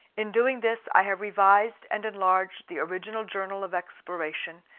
in doing this i have revised and enlarged the original journal of exploration,